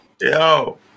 Yo